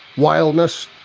wildness,